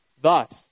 Thus